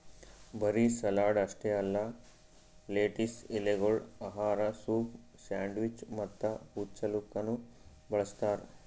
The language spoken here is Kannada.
ಬರೀ ಸಲಾಡ್ ಅಷ್ಟೆ ಅಲ್ಲಾ ಲೆಟಿಸ್ ಎಲೆಗೊಳ್ ಆಹಾರ, ಸೂಪ್, ಸ್ಯಾಂಡ್ವಿಚ್ ಮತ್ತ ಹಚ್ಚಲುಕನು ಬಳ್ಸತಾರ್